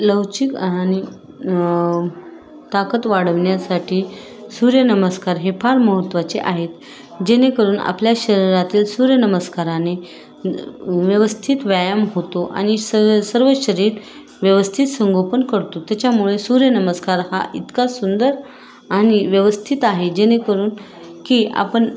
लवचिक आणि ताकद वाढवण्यासाठी सूर्यनमस्कार हे फार महत्त्वाचे आहेत जेणेकरून आपल्या शरीरातील सूर्यनमस्काराने व्यवस्थित व्यायाम होतो आणि सर् सर्व शरीर व्यवस्थित संगोपन करतो त्याच्यामुळे सूर्यनमस्कार हा इतका सुंदर आणि व्यवस्थित आहे जेणेकरून की आपण